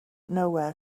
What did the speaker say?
nowhere